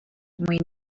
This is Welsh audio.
mwyn